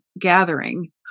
gathering